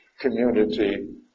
community